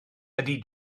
ydy